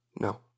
No